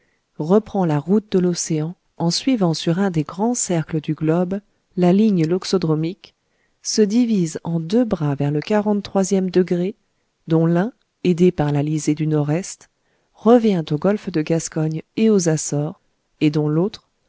reprend la route de l'océan en suivant sur un des grands cercles du globe la ligne loxodromique se divise en deux bras vers le quarante troisième degré dont l'un aidé par l'alizé du nord-est revient au golfe de gascogne et aux açores et dont l'autre